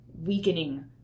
weakening